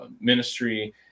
ministry